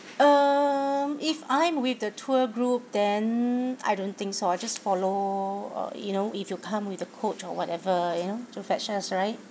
um if I'm with a tour group then I don't think so I just follow uh you know if you come with a coach or whatever you know to fetch us right